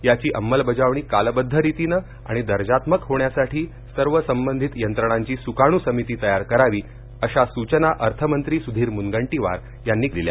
याची अंमलबजावणी कालबद्ध रितीने आणि दर्जात्मक होण्यासाठी सर्व संबंधित यंत्रणांची सुकाणू समिती तयार करावी अशा सूचना अर्थमंत्री सुधीर मुनगंटीवार यांनी काल दिल्या